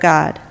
God